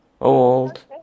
Old